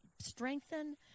strengthen